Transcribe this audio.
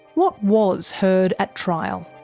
what was heard at trial?